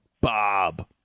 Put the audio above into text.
Bob